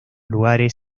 lugares